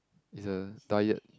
is a diet